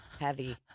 heavy